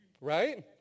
right